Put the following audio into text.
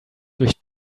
durch